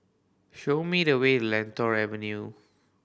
show me the way in Lentor Avenue